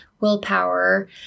willpower